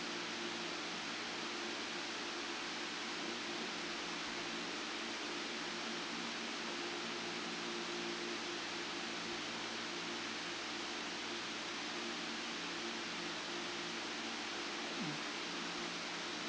mm